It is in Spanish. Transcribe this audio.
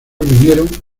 vinieron